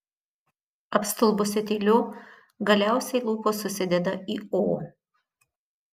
apstulbusi tyliu galiausiai lūpos susideda į o